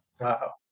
Wow